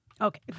Okay